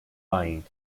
lying